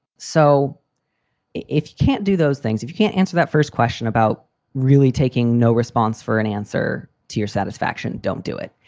so if you can't do those things, if you can't answer that first question about really taking no response for an answer to your satisfaction, don't do it.